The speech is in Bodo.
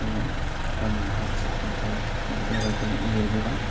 जोङो आङो माखासे खन्थाइ माखासे राइथाय लिरबोबाय